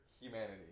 humanity